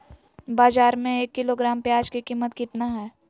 बाजार में एक किलोग्राम प्याज के कीमत कितना हाय?